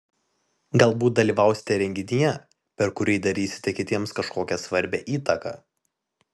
galbūt dalyvausite renginyje per kurį darysite kitiems kažkokią svarbią įtaką